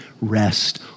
rest